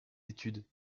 études